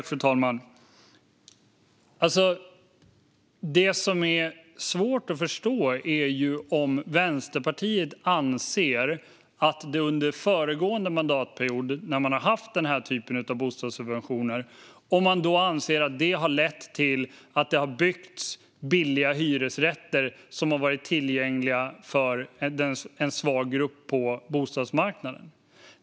Fru talman! En sak är svår att förstå. Anser Vänsterpartiet att de bostadssubventioner som fanns under föregående mandatperiod ledde till att det byggdes billiga hyresrätter som har varit tillgängliga för en svag grupp på bostadsmarknaden?